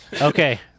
Okay